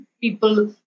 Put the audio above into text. people